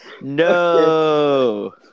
No